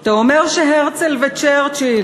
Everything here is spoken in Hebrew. אתה אומר שהרצל וצ'רצ'יל